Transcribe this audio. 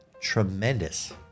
Tremendous